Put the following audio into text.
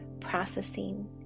processing